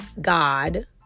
God